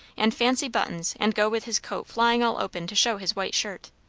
and fancy buttons, and go with his coat flying all open to show his white shirt.